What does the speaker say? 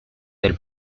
del